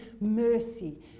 mercy